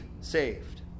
saved